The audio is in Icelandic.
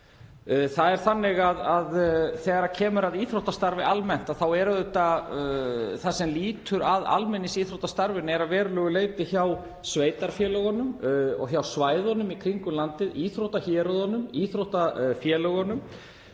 fyrirspurn. Þegar kemur að íþróttastarfi almennt þá er það sem lýtur að almenningsíþróttastarfinu að verulegu leyti hjá sveitarfélögunum og hjá svæðunum í kringum landið, íþróttahéruðunum, íþróttafélögunum.